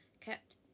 kept